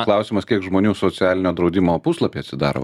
klausimas kiek žmonių socialinio draudimo puslapį atsidaro